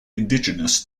indigenous